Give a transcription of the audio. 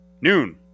noon